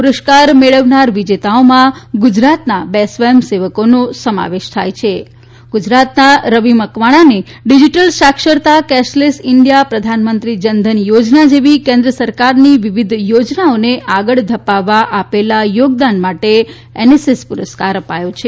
પુરસ્કાર મેળવનાર વિજેતાઓમાં ગુજરાતના બે સ્વયંસેવકોનો સમાવેશ થાય છિં ગુજરાતના રવિ મકવાણાને ડિજીટલ સાક્ષરતા કેશલેસ ઈન્ડિયા પ્રધાનમંત્રી જનધન યોજના જેવી કેન્દ્ર સરકારની વિવિધ યોજનાઓને આગળ ધપાવવા આપેલા યોગદાન માટે એનએસએસ પુરસ્કાર એપાયો છે